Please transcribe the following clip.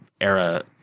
era